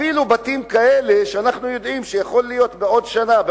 אפילו בתים כאלה שאנחנו יודעים שיכול להיות שבעוד שנה,